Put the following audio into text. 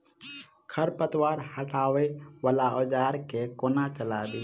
खरपतवार हटावय वला औजार केँ कोना चलाबी?